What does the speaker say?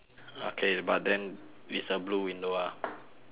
okay but then with a blue window ah